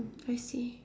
I see